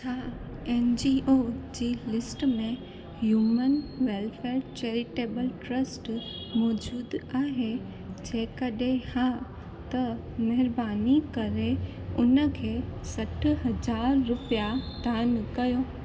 छा N G O जी list में ह्यूमन वेलफेयर चैरिटेबल ट्रस्ट मौज़ूदु आहे जंहिं कॾहिं हा त महिरबानी करे उनखे सठि हज़ार रुपिया दान कयो